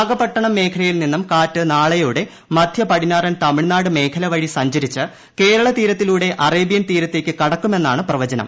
നാഗപട്ടണം മേഖലയിൽ നിന്നും കാറ്റ് നാളെയോടെ മധ്യ പടിഞ്ഞാറൻ തമിഴ്നാട് മേഖല വഴി സഞ്ചരിച്ച് കേരള തീരത്തിലൂടെ അറേബ്യൻ തീരത്തേയ്ക്ക് കടക്കുമെന്നാണ് പ്രവചനം